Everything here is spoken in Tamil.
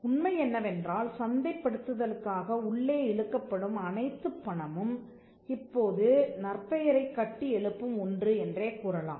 உண்மை என்னவென்றால் சந்தைப்படுத்துதலுக்காக உள்ளே இழுக்கப்படும் அனைத்துப் பணமும் இப்போது நற்பெயரை கட்டியெழுப்பும் ஒன்று என்று கூறலாம்